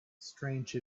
strange